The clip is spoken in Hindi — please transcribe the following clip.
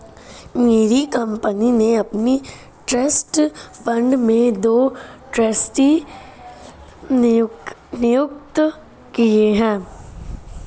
मेरी कंपनी ने अपने ट्रस्ट फण्ड में दो ट्रस्टी नियुक्त किये है